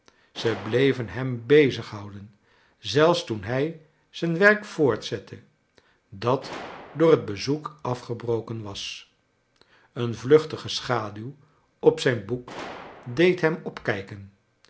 ze bleven hem bezighouden zelfs toen hij zijn werk voortzette dat door net bezoek afgebroken was een vluchtige schaduw op zijn boek deed hem opkijken